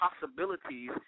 possibilities